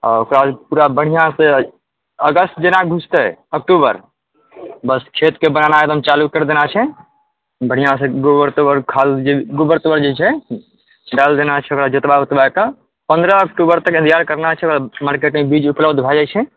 आओर ओकरा पूरा बढ़िआँसँ अगस्त जेना घुसतै अक्टुबर बस खेतके बनेनाइ एकदम चालू कर देनाइ छै बढिआँसँ गोबर तोबर खाद गोबर तोबर जे छै डाली देनाइ छै जोतबा ओतबा कऽ पन्द्रह अक्टुबर तक इन्तजार करनाइ छै ओकर बाद मार्केटमे बीज उपलब्ध भऽ जाइ छै